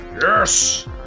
Yes